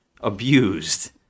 abused